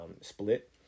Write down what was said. split